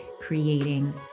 creating